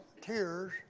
tears